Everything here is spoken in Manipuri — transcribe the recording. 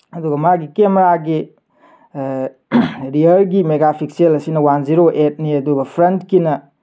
ꯑꯗꯨꯒ ꯃꯥꯒꯤ ꯀꯦꯃꯦꯔꯥꯒꯤ ꯔꯤꯌꯥꯔꯒꯤ ꯃꯦꯒꯥꯄꯤꯛꯁꯦꯜ ꯑꯁꯤꯅ ꯋꯥꯥꯟ ꯖꯤꯔꯣ ꯑꯩꯠꯅꯤ ꯑꯗꯨꯒ ꯐ꯭ꯔꯟꯠꯀꯤꯅ